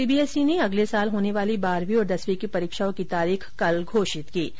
CBSE ने अगले साल होने वाली बारहवीं और दसवीं की परीक्षाओं की तारीख कल घोषित कर दी